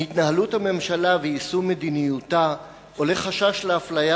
מהתנהלות הממשלה ויישום מדיניותה עולה חשש לאפליה